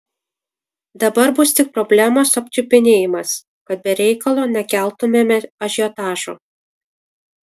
dabar bus tik problemos apčiupinėjimas kad be reikalo nekeltumėme ažiotažo